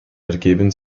ergeben